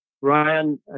Ryan